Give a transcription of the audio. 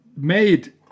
Made